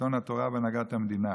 ושלטון התורה בהנהגת המדינה.